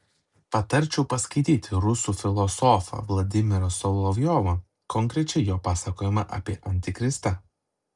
patarčiau paskaityti rusų filosofą vladimirą solovjovą konkrečiai jo pasakojimą apie antikristą